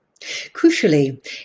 Crucially